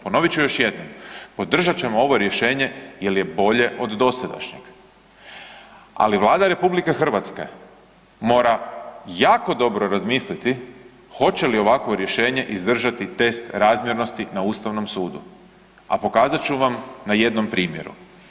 Ponovit ću još jednom, podržat ćemo ovo rješenje jel je bolje od dosadašnjeg, ali Vlada RH mora jako dobro razmisliti hoće li ovakvo rješenje izdržati test razmjernosti na Ustavnom sudu, a pokazat ću vam na jednom primjeru.